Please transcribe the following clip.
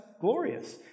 glorious